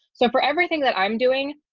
so for everything that i'm doing,